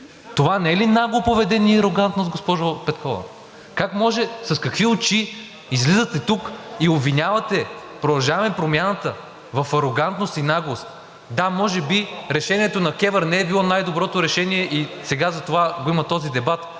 Това не е ли нагло поведение и арогантност, госпожо Петкова? С какви очи излизате тук и обвинявате „Продължаваме Промяната“ в арогантност и наглост? Да, може би Решението на КЕВР не е било най-доброто решение и сега затова го има този дебат,